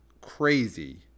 crazy